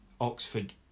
Oxford